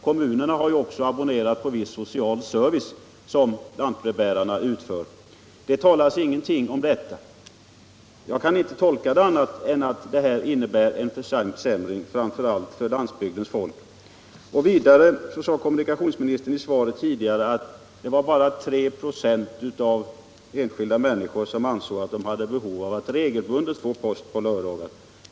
Kommunerna har ju också abonnerat på viss social service som lantbrevbäraren uträttar. Allt detta kan inte tolkas på annat sätt än att det måste bli försämringar framför allt för landsbygdens folk. Kommunikationsministern sade tidigare att bara 3 96 av enskilda människor ansåg sig ha behov av att regelbundet få post på lördagar.